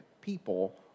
people